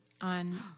on